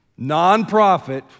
nonprofit